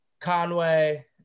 Conway